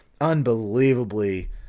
unbelievably